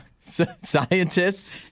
Scientists